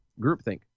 groupthink